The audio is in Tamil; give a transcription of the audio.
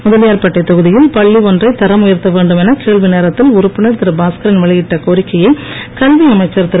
முதலியார்பேட்டை தொகுதியில் பள்ளி ஒன்றை தரம் உயர்த்த வேண்டும் என கேள்வி நேரத்தில் உறுப்பினர் திரு பாஸ்கரன் வெளியிட்ட கோரிக்கையை கல்வியமைச்சர் திரு